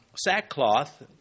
sackcloth